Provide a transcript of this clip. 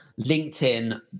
LinkedIn